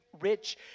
rich